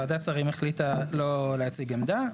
ועדת השרים החליטה לא להציג עמדה.